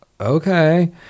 okay